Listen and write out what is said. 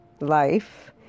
life